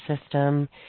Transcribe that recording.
system